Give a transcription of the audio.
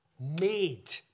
made